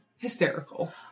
Hysterical